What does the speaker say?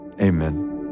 amen